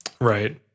Right